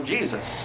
Jesus